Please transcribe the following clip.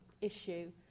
issue